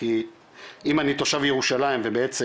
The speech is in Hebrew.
אם אני תושב ירושלים ובעצם,